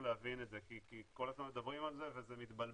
להבין את זה כי כל הזמן מדברים על זה וזה מתבלבל.